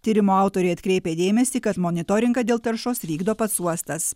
tyrimo autoriai atkreipė dėmesį kad monitoringą dėl taršos vykdo pats uostas